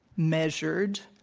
measured,